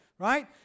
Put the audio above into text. Right